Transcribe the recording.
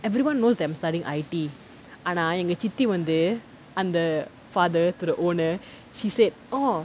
everyone knows that I'm studying I_T ஆனா எங்க சித்தி வந்து அந்த:aanaa enga chithi vanthu antha father to the owner she said orh